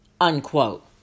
unquote